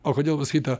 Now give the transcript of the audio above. o kodėl pasakyta